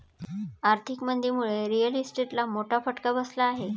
आर्थिक मंदीमुळे रिअल इस्टेटला मोठा फटका बसला आहे